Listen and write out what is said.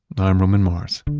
i'm roman mars